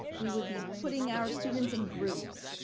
we would be putting our students in groups.